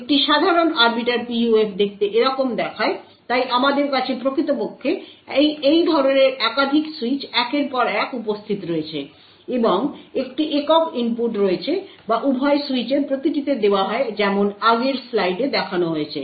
একটি সাধারণ Arbiter PUF দেখতে এরকম দেখায় তাই আমাদের কাছে প্রকৃতপক্ষে এই ধরনের একাধিক সুইচ একের পর এক উপস্থিত রয়েছে এবং একটি একক ইনপুট রয়েছে যা উভয় সুইচের প্রতিটিতে দেওয়া হয় যেমন আগের স্লাইডে দেখানো হয়েছে